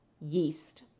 yeast